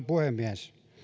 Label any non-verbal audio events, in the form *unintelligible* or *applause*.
*unintelligible* puhemies